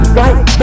right